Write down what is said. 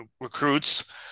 recruits